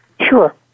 Sure